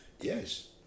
Yes